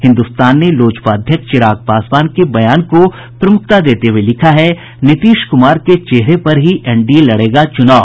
हिन्दुस्तान ने लोजपा अध्यक्ष चिराग पासवान के बयान को प्रमुखता देते हुये लिखा है नीतीश कुमार के चेहरे पर ही एनडीए लड़ेगा चूनाव